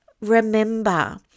remember